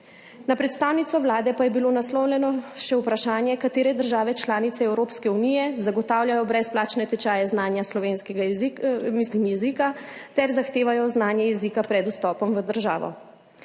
Na predstavnico Vlade pa je bilo naslovljeno še vprašanje, katere države članice Evropske unije zagotavljajo brezplačne tečaje znanja jezika ter zahtevajo znanje jezika pred vstopom v državo.